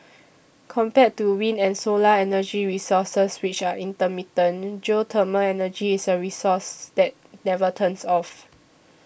compared to wind and solar energy resources which are intermittent geothermal energy is a resource that never turns off